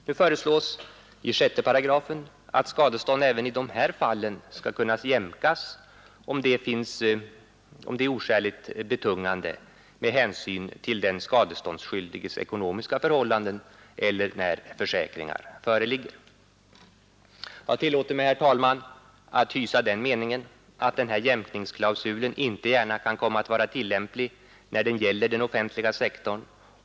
Nu föreslås i 6 § att skadestånd även i dessa fall skall kunna jämkas, om detta finnes oskäligt betungande med hänsyn till den skadeståndsskyldiges ekonomiska förhållanden eller när försäkringar föreligger. Jag tillåter mig, herr talman, hysa den meningen att den här jämkningsklausulen inte gärna kan komma att vara tillämplig när det gäller den offentliga sektorn.